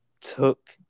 took